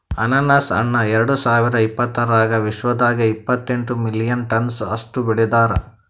ಅನಾನಸ್ ಹಣ್ಣ ಎರಡು ಸಾವಿರ ಇಪ್ಪತ್ತರಾಗ ವಿಶ್ವದಾಗೆ ಇಪ್ಪತ್ತೆಂಟು ಮಿಲಿಯನ್ ಟನ್ಸ್ ಅಷ್ಟು ಬೆಳದಾರ್